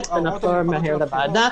נתייעץ ונחזור מהר לוועדה.